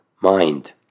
mind